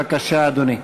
בבקשה, אדוני.